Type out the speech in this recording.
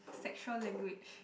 sexual language